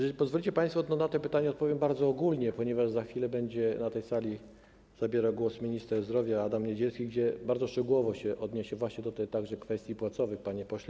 Jeśli pozwolicie państwo, to na to pytanie odpowiem bardzo ogólnie, ponieważ za chwilę będzie na tej sali zabierał głos minister zdrowia Adam Niedzielski i bardzo szczegółowo się odniesie także do kwestii płacowych, panie pośle.